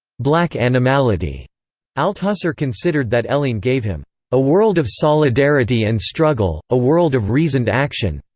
black animality althusser considered that helene gave him a world of solidarity and struggle, a world of reasoned action.